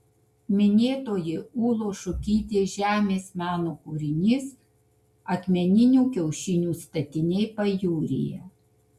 minėtoji ūlos šukytės žemės meno kūrinys akmeninių kiaušinių statiniai pajūryje